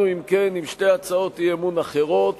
אם כן, נשארנו עם שתי הצעות אי-אמון אחרות